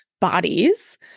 bodies